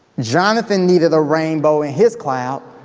jonathan needed a rainbow in his cloud.